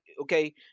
okay